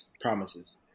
promises